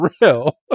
real